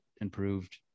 improved